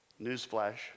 newsflash